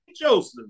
Joseph